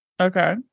okay